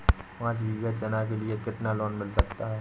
पाँच बीघा चना के लिए कितना लोन मिल सकता है?